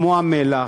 כמו המלח,